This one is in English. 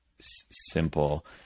simple